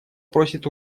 просит